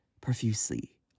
profusely